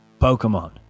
Pokemon